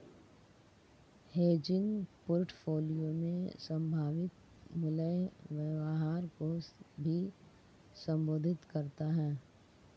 hedging portfolio में संभावित मूल्य व्यवहार को भी संबोधित करता हैं